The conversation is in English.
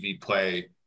play